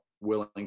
willing